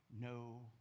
no